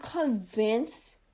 convinced